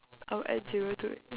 I'll add zero to it